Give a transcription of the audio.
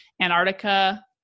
Antarctica